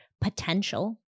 potential